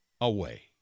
away